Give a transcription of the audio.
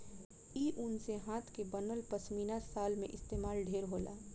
इ ऊन से हाथ के बनल पश्मीना शाल में इस्तमाल ढेर होला